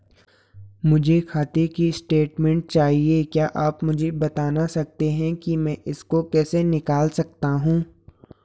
मुझे खाते की स्टेटमेंट चाहिए क्या आप मुझे बताना सकते हैं कि मैं इसको कैसे निकाल सकता हूँ?